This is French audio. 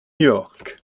york